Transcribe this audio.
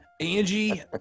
Angie